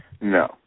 No